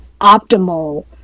optimal